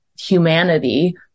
humanity